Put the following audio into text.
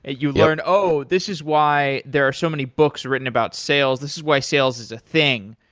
ah you learn, oh! this is why there are so many books written about sales. this is why sales is a thing.